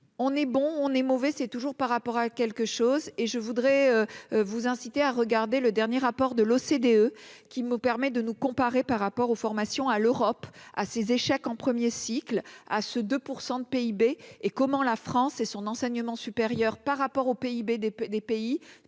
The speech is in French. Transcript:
on est bon, on est mauvais, c'est toujours par rapport à quelque chose et je voudrais vous inciter à regarder le dernier rapport de l'OCDE qui nous permet de nous comparer par rapport aux formations à l'Europe, ah ces échec en 1er cycle à ce 2 % de PIB et comment la France et son enseignement supérieur par rapport au PIB des pays